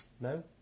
No